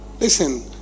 listen